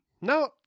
no